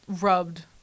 rubbed